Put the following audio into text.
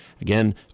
Again